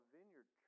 Vineyard